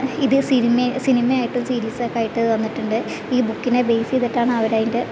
ഇത് സിനിമ സിനിമയായിട്ടും സീരീസൊക്കെ ആയിട്ട് വന്നിട്ടുണ്ട് ഈ ബുക്കിനെ ബേസ് ചെയ്തിട്ടാണ് അവരതിൻ്റെ